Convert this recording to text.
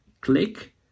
click